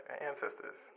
Ancestors